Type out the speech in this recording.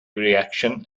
reaction